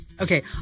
Okay